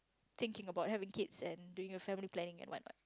thinking about having kids and doing a family planning and what not